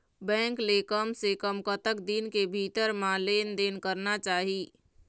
Bank ले कम से कम कतक दिन के भीतर मा लेन देन करना चाही?